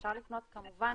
ואפשר לפנות כמובן,